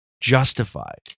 justified